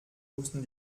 wussten